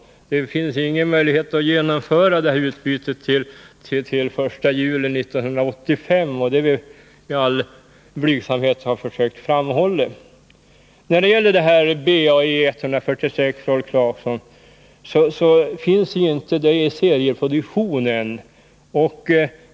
Det finns ingen möjlighet att genomföra utbytet till den 1 juli 1985, och det har jag i all blygsamhet försökt framhålla. BAE-146 finns inte i någon serieproduktion än.